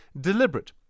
deliberate